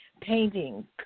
painting